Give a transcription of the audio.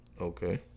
Okay